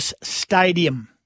Stadium